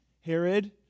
Herod